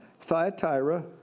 Thyatira